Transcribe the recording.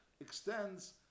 extends